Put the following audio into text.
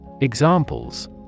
Examples